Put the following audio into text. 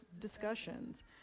discussions